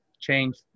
change